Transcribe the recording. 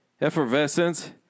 effervescence